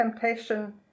temptation